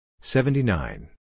seventy-nine